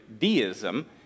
deism